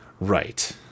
Right